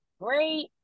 great